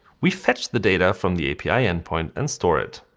we fetch the data from the api endpoint and store it,